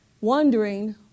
wondering